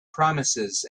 promises